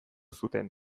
zuten